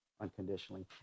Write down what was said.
unconditionally